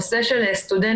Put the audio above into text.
נושא של סטודנטים,